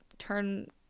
turn